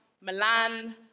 Milan